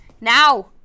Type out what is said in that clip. now